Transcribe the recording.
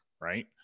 right